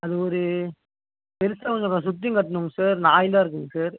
அது ஒரு பெருசாக கொஞ்சம் சுற்றியும் கட்டணுங்க சார் நாயெல்லாம் இருக்குதுங்க சார்